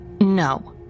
No